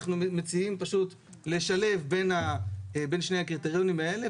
אנחנו מציעים פשוט לשלב בין שני הקריטריונים האלה,